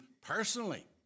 personally